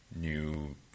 new